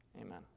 Amen